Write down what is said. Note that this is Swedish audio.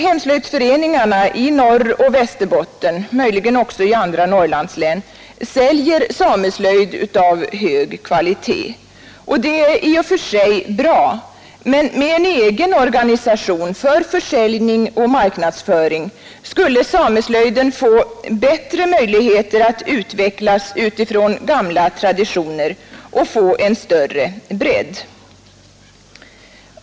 Hemslöjdsföreningarna i Norroch Västerbotten — möjligen också i andra Norrlandslän — säljer sameslöjd av hög kvalitet. Det är i och för sig bra, men med en egen organisation för försäljning och marknadsföring skulle sameslöjden ha bättre möjligheter att utvecklas utifrån gamla traditioner och få en större bredd.